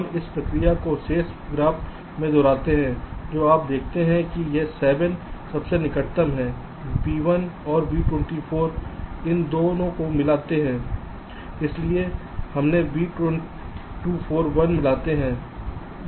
हम इस प्रक्रिया को शेष ग्राफ में दोहराते हैं जो आप देखते हैं कि यह 7 सबसे निकटतम है V1 और V24 इन दो को मिलाते हैं इसलिए हमें V241 मिलते हैं